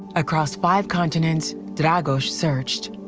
across five continents dragos searched.